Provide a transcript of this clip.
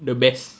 the best